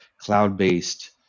cloud-based